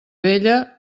vella